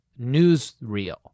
newsreel